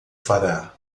fará